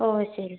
ഓ ശരി ശരി